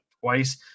twice